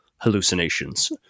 Hallucinations